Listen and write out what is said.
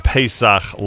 Pesach